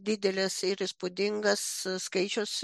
didelis ir įspūdingas skaičius